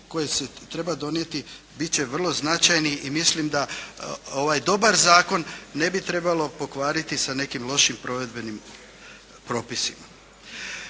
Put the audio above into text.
koje se treba donijeti bit će vrlo značajni i mislim da ovaj dobar zakon ne bi trebalo pokvariti sa nekim lošim provedbenim propisima.